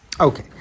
Okay